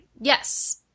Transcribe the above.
Yes